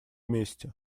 месте